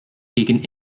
gegen